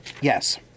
Yes